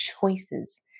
choices